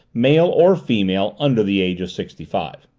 male or female, under the age of sixty-five.